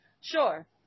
Sure